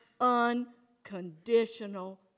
unconditional